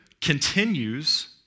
continues